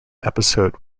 episode